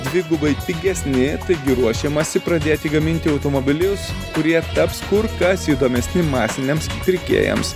dvigubai pigesni taigi ruošiamasi pradėti gaminti automobilius kurie taps kur kas įdomesni masiniams pirkėjams